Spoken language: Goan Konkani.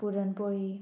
पुरणपोळी